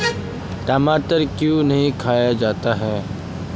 टमाटर क्यों खाया जाता है?